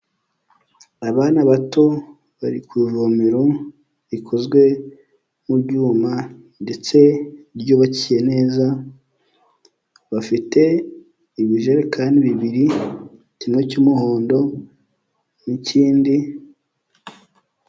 Abana bato bari ku ivomero rikozwe mu byuma, ndetse ryubakiye neza, bafite ibijerekani bibiri; kimwe cy'umuhondo, n'ikindi.